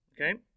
Okay